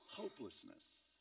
Hopelessness